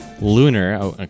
Lunar